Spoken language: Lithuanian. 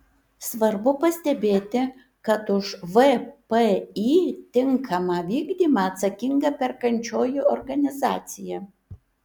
svarbu pastebėti kad už vpį tinkamą vykdymą atsakinga perkančioji organizacija